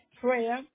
prayer